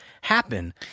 happen